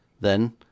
Then